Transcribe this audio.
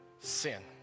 sin